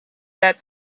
that